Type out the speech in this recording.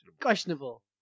Questionable